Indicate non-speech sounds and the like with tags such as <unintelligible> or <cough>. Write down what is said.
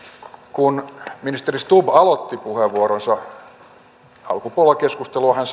kun ministeri stubb aloitti puheenvuoronsa alkupuolella keskustelua hän <unintelligible>